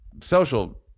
social